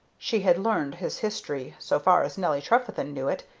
she had learned his history, so far as nelly trefethen knew it,